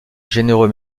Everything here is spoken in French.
généreux